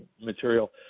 material